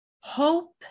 Hope